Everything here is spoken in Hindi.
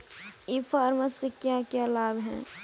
ई कॉमर्स से क्या क्या लाभ हैं?